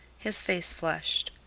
his face flushed.